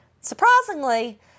surprisingly